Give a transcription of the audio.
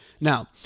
Now